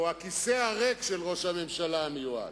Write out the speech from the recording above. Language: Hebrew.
או הכיסא הריק של ראש הממשלה המיועד,